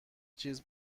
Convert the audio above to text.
چیز